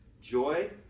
joy